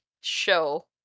show